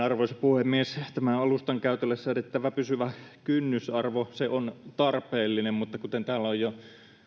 arvoisa puhemies tämä alustan käytölle säädettävä pysyvä kynnysarvo on tarpeellinen mutta kuten täällä on jo